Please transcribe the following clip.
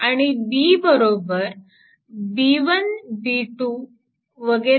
आणि B b 1 b 2